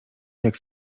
jak